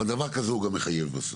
אבל דבר כזה הוא גם מחייב בסוף.